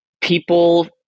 people